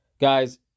Guys